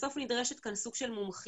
בסוף נדרשת כאן סוג של מומחיות,